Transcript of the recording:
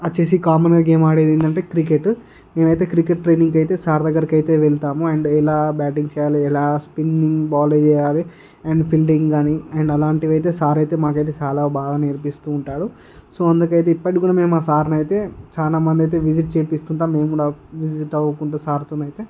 వచ్చి కామన్గా గేమ్ ఆడేది ఏంటంటే క్రికెట్ మేమైతే క్రికెట్ ట్రైనింగ్కి అయితే సార్ దగ్గరకైతే వెళ్తాము అండ్ ఎలా బ్యాటింగ్ చేయాలి ఎలా స్పిన్నింగ్ బాల్ వేయాలి అండ్ ఫీల్డింగ్ కానీ అండ్ అలాంటివైతే సార్ అయితే మాకైతే చాలా బాగా నేర్పిస్తు ఉంటాడు సో అందుకైతే ఇప్పటికి కూడా మేము మా సార్నైతే చాలా మంది అయితే విసిట్ చేయిస్తుంటాము మేము కూడా విసిట్ అవుకుంటు సార్తోనైతే